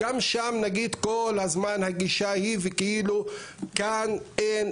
גם שם כל הזמן הגישה היא כאילו כאן אין